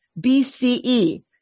BCE